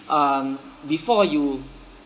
um before you